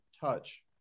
touch